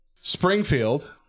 Springfield